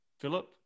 Philip